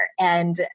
and-